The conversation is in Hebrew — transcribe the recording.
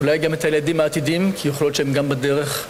אולי גם את הילדים העתידים, כי יכול להיות שהם גם בדרך.